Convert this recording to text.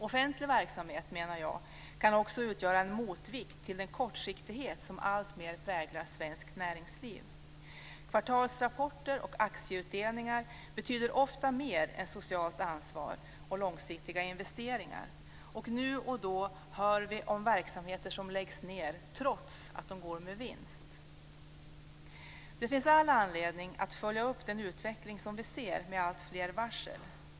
Offentlig verksamhet, menar jag, kan också utgöra en motvikt till den kortsiktighet som alltmer präglar svenskt näringsliv. Kvartalsrapporter och aktieutdelningar betyder ofta mer än socialt ansvar och långsiktiga investeringar. Nu och då hör vi om verksamheter som läggs ned, trots att de går med vinst. Det finns all anledning att följa upp den utveckling som vi ser med alltfler varsel.